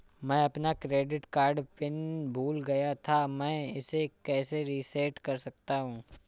मैं अपना credit card pin भूल गया था मैं इसे कैसे रीसेट कर सकता हूँ?